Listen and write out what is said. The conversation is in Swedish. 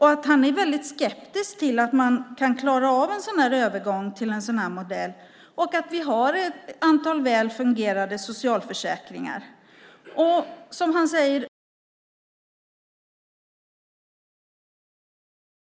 Han är skeptisk till att man kan klara av en övergång till en sådan här modell. Han tycker att vi har ett antal väl fungerande socialförsäkringar. Han säger: Vi har trimmat upp både sjukförsäkring och a-kassa. Och det är vi ju väldigt medvetna om! Han tror därför inte att man ska göra en massa systemförändringar på grund av att de skulle ha ett värde i sig.